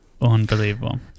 Unbelievable